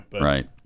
Right